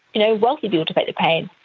you know, wealthy people to take the pain.